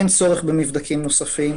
אין צורך במבדקים נוספים.